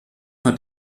hat